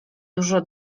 dużo